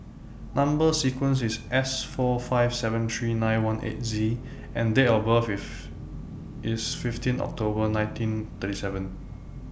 Number sequence IS S four five seven three nine one eight Z and Date of birth IS IS fifteen October nineteen thirty seven